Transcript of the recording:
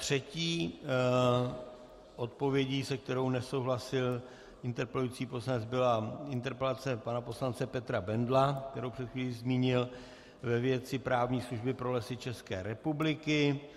Třetí odpovědí, se kterou nesouhlasil interpelující poslanec, byla interpelace pana poslance Petra Bendla, kterou před chvílí zmínil, ve věci právní služby pro Lesy České republiky.